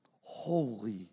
holy